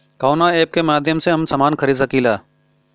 कवना ऐपके माध्यम से हम समान खरीद सकीला?